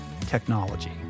technology